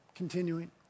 continuing